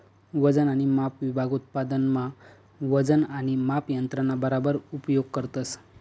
वजन आणि माप विभाग उत्पादन मा वजन आणि माप यंत्रणा बराबर उपयोग करतस